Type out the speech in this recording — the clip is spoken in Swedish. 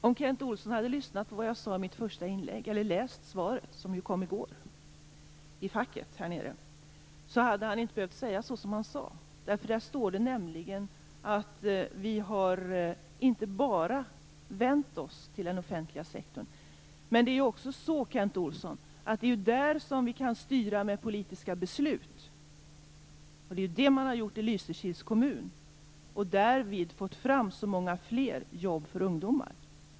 Fru talman! Om Kent Olsson hade lyssnat på vad jag sade i mitt första inlägg eller läst svaret, som ju lades i ledamöternas fack i går, hade han inte behövt säga det som han sade. Där står det nämligen att vi inte bara har vänt oss till den offentliga sektorn. Det är också så, Kent Olsson, att det är där som vi kan styra med politiska beslut. Det har man gjort i Lysekils kommun och därvid fått fram många fler jobb för ungdomar.